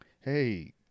Hey